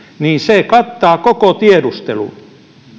niin se kattaa koko tiedustelun